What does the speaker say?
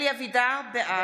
חבר הכנסת אלי אבידר, בעד.